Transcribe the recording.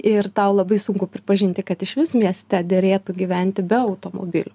ir tau labai sunku pripažinti kad išvis mieste derėtų gyventi be automobilių